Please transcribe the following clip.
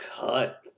cut